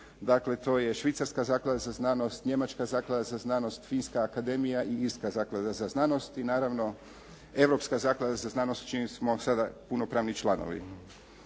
dakle, to je Švicarska zaklada za znanost, Njemačka zaklada za znanost, Finska akademija i Irska zaklada za znanost i naravno Europska zaklada za znanost čiji smo sada punopravni članovi.